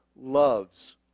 loves